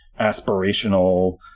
aspirational